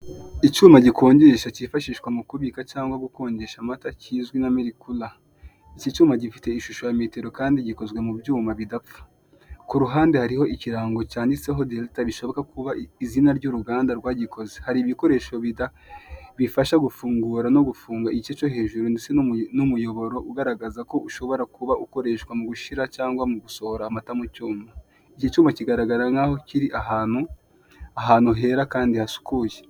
Icyuma gikonjesha cyifashishwa mu kubika cyangwa gukonjesha amata kizwi nka mirikura, iki cyuma gifite ishusho ya metero kandi gikozwe mu byuma bidapfa, ku ruhande hariho ikirango cyanditseho derita bishoboka kuba izina ry'uruganda rwagikoze, hari ibikoresho bifasha gufungura no gufunga igice cyo hejuru ndetse n'umuyoboro ugaragaza ko ushobora kuba ukoreshwa mu gushira cyangwa mu gusohora amata mu cyuma, iki cyuma kigaragara nk'aho kiri ahantu, ahantu hera kandi hasukuye.